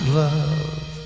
love